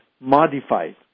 modified